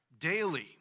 daily